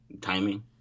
timing